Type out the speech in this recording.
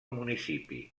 municipi